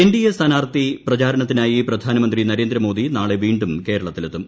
NDA സ്ഥാനാർഥി പ്രചാരണത്തിനായി പ്രധാനമന്ത്രി നരേന്ദ്രമോദി നാളെ വീണ്ടും കേരളത്തിലെത്തും